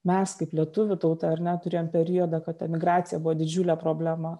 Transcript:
mes kaip lietuvių tauta ar ne turėjom periodą kad emigracija buvo didžiulė problema